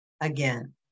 again